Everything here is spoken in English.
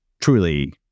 truly